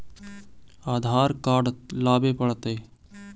आधार card लाबे पड़तै?